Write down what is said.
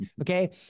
Okay